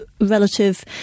relative